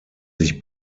sich